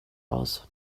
aus